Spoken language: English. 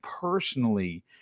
personally